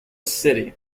city